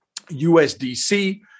USDC